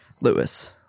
Lewis